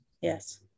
Yes